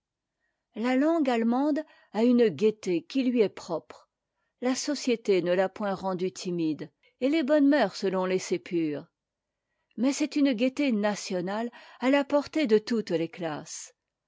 la langue allemande a une gaieté qui lui est propre la société ne t'a point rendue timide et les bonnes mœurs l'ont laissée pure mais c'est une gaieté nationale à la portée de toutes les classes